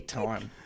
time